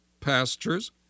pastures